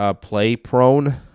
play-prone